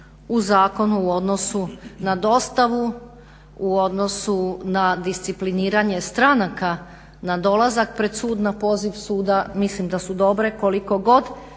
u zakonu u odnosu na dostavu, u odnosu na discipliniranje stranaka na dolazak pred sud na poziv suda mislim da su dobre koliko god